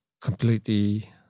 completely